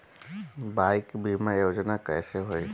Bike बीमा योजना कैसे होई?